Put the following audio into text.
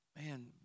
man